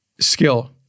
skill